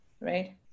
right